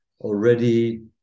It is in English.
already